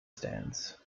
stands